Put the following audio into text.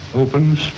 opens